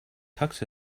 tux